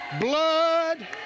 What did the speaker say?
blood